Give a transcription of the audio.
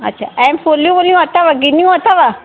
अच्छा ऐं फुलियूं वुलियूं अथव गिन्नियूं अथव